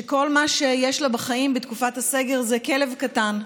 שכל מה שיש לה בחיים בתקופת הסגר זה כלב קטן.